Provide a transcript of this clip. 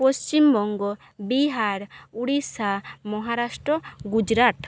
Paschimbanga Bihar Orissa Maharashtra Gujarat